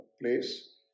place